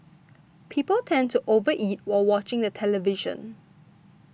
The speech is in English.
people tend to over eat while watching the television